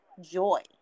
joy